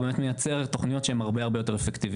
באמת מייצר תכניות שהם הרבה יותר אפקטיביות.